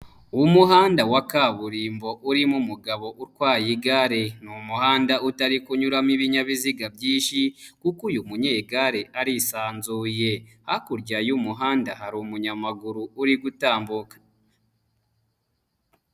Umuhanda wa kaburimbo urimo umugabo utwaye igare ni umuhanda utari kunyuramo ibinyabiziga byinshi kuko uyu munyegare arisanzuye, hakurya y'umuhanda hari umunyamaguru uri gutambuka.